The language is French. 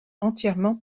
entièrement